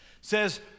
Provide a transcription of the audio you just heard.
says